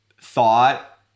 thought